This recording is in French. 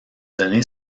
donné